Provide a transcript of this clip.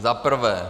Za prvé.